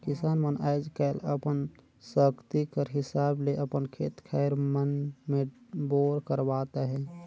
किसान मन आएज काएल अपन सकती कर हिसाब ले अपन खेत खाएर मन मे बोर करवात अहे